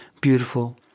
beautiful